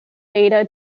data